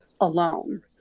alone